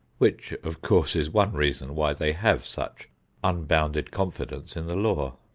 which, of course, is one reason why they have such unbounded confidence in the law.